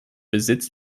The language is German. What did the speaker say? besitz